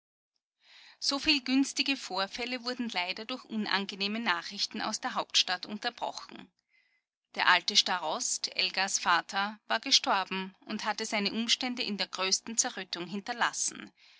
soviel günstige vorfälle wurden leider durch unangenehme nachrichten aus der hauptstadt unterbrochen der alte starost elgas vater war gestorben und hatte seine umstände in der größten zerrüttung hinterlassen